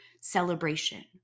celebration